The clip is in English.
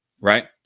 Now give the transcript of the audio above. Right